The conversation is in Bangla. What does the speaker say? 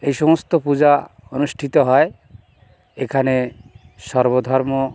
এই সমস্ত পূজা অনুষ্ঠিত হয় এখানে সর্ব ধর্ম